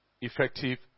Effective